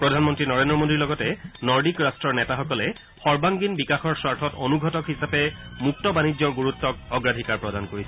প্ৰধানমন্ত্ৰী নৰেন্দ্ৰ মোডীৰ লগতে নৰ্দিক ৰট্টৰ নেতাসকলে সৰ্বাংগীণ বিকাশৰ স্বাৰ্থত অনুঘটক হিচাপে মুক্ত বাণিজ্যৰ গুৰুত্বক অগ্ৰাধিকাৰ প্ৰদান কৰিছে